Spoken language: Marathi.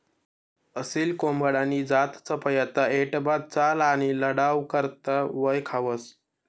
असील कोंबडानी जात चपयता, ऐटबाज चाल आणि लढाऊ करता वयखावंस